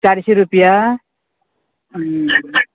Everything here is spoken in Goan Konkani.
चारशे रुपया